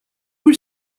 were